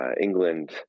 England